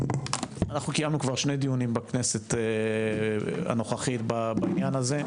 אנחנו קיימנו כבר שני דיונים בכנסת הנוכחית בעניין הזה,